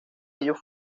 ellos